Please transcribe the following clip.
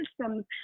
systems